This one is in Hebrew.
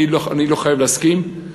אני לא חייב להסכים,